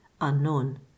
unknown